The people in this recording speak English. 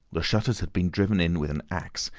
the shutters had been driven in with an axe,